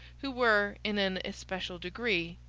who were, in an especial degree,